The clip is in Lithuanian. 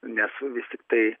nesu vis tiktai